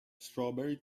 strawberry